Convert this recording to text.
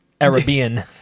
Arabian